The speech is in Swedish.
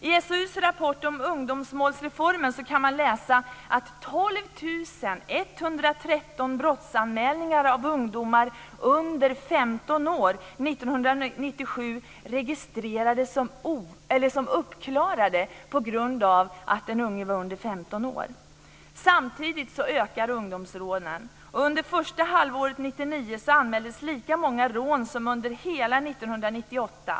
I utvärderingen av ungdomsmålsreformen kan man läsa att 12 113 brottsanmälningar registrerades som uppklarade 1997 på grund av den unge var under 15 år. Samtidigt ökar ungdomsrånen. Under första halvåret 1999 anmäldes lika många rån som under hela 1998.